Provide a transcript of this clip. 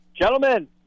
Gentlemen